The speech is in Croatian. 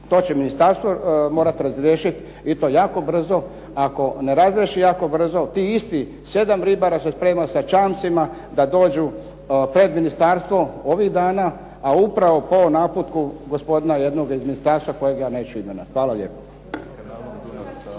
to će ministarstvo morat razriješit i to jako brzo, ako ne razriješi jako brzo ti istih sedam ribara se sprema sa čamcima da dođu pred ministarstvo ovih dana, a upravo po naputku gospodina jednog iz ministarstva kojeg ja neću imenovat. Hvala lijepo.